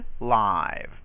live